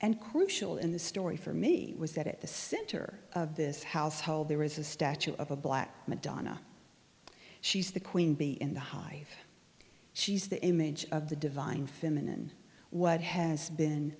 and crucial in the story for me was that at the center of this household there is a statue of a black madonna she's the queen bee in the high she's the image of the divine feminine what has been